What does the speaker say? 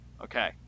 Okay